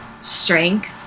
strength